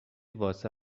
واسه